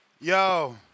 Yo